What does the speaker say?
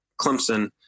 Clemson